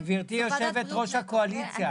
גברתי יושבת-ראש הקואליציה,